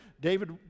David